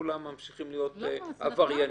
כולם ממשיכים להיות עבריינים?